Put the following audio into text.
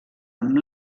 amb